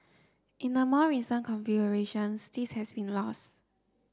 in the more recent configurations this has been lost